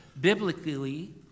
biblically